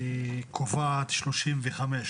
היא קובעת שלושים וחמש,